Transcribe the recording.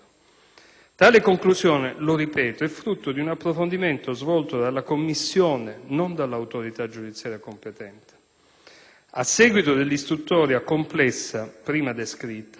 Tale conclusione, lo ripeto, è stata frutto di un approfondimento svolto dalla commissione, non dall'autorità giudiziaria proponente. A seguito dell'istruttoria complessa prima descritta,